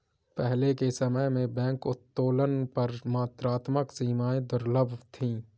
पहले के समय में बैंक उत्तोलन पर मात्रात्मक सीमाएं दुर्लभ थीं